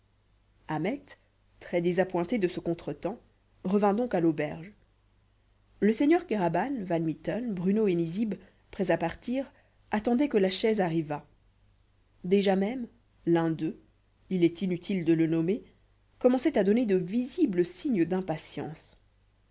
ahmet très désappointé de ce contre-temps revint donc à l'auberge le seigneur kéraban van mitten bruno et nizib prêts à partir attendaient que la chaise arrivât déjà même l'un d'eux il est inutile de le nommer commençait à donner de visibles signes d'impatience